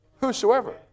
Whosoever